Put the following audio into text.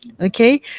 Okay